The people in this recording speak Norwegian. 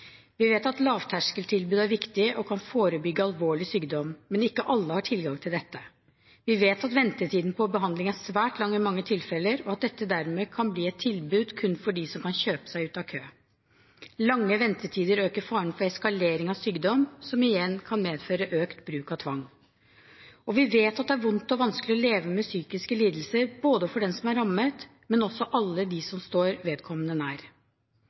Vi vet at lavterkseltilbud er viktige og kan forebygge alvorlig sykdom, men ikke alle har tilgang til dette. Vi vet at ventetiden på behandling er svært lang i mange tilfeller, og at dette dermed kan bli et tilbud kun for dem som kan kjøpe seg ut av køen. Lange ventetider øker faren for eskalering av sykdom, som igjen kan medføre økt bruk av tvang. Og vi vet at det er vondt og vanskelig å leve med psykiske lidelser, både for den som er rammet, og for alle som står vedkommende nær.